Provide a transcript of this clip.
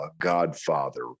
Godfather